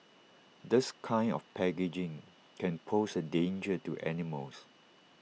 this kind of packaging can pose A danger to animals